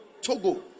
Togo